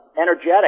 energetic